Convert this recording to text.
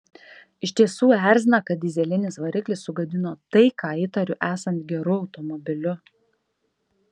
iš tiesų erzina kad dyzelinis variklis sugadino tai ką įtariu esant geru automobiliu